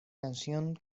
canción